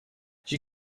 you